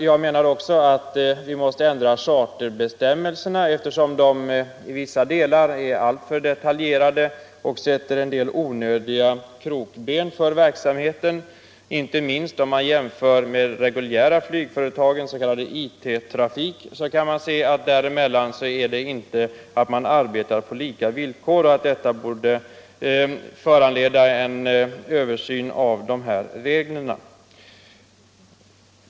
Jag menar också att vi måste ändra charterbestämmelserna, eftersom de i vissa delar är alltför detaljerade och sätter onödiga krokben för verksamheten. Inte minst en jämförelse med de reguljära flygföretagens s.k. IT-trafik visar att charterflyget inte arbetar på lika villkor. Det borde föranleda en översyn av de nuvarande reglerna.